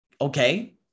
okay